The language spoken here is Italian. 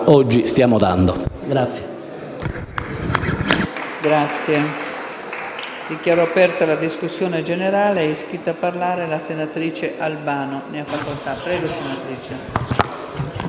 oggi stiamo dando.